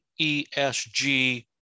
ESG